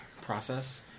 process